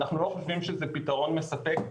אנחנו לא חושבים שזה פתרון מספק.